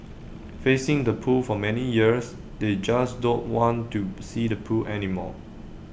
facing the pool for many years they just don't want to see the pool anymore